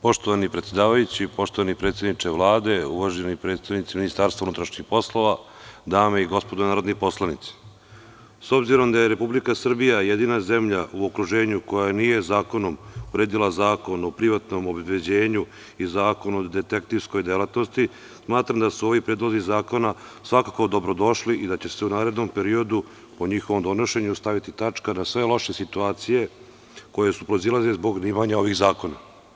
Poštovani predsedavajući, poštovani predsedniče Vlade, uvaženi predstavnici MUP, dame i gospodo narodni poslanici, s obzirom da je Republika Srbija jedina zemlja u okruženju koja nije zakonom uredila Zakon o privatnom obezbeđenju i Zakon o detektivskoj delatnosti, smatram da su ovi predlozi zakona svakako dobro došli i da će se u narednom periodu po njihovom donošenju staviti tačka na sve loše situacije koje su proizilazile zbog neimanja ovih zakona.